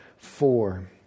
Four